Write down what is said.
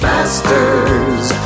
Masters